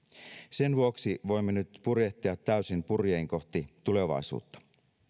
sen vuoksi voimme nyt purjehtia täysin purjein kohti tulevaisuutta